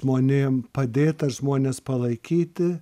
žmonėm padėt ar žmones palaikyti